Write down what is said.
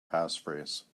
passphrase